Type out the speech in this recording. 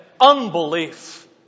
unbelief